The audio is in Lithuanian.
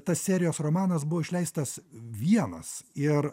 tas serijos romanas buvo išleistas vienas ir